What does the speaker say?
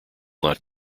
not